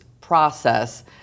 process